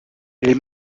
les